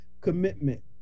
commitment